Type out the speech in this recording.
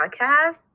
Podcast